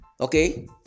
Okay